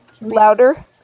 Louder